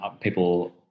people